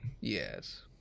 Yes